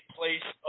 place